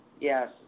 Yes